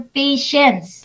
patience